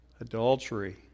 adultery